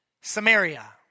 Samaria